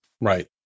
Right